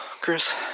Chris